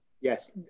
Yes